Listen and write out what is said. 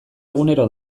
egunero